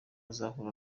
azahura